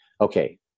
okay